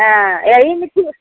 हँ अहीमे छियै